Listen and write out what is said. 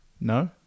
No